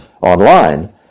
online